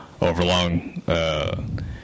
overlong